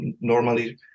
normally